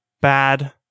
Bad